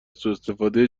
سواستفاده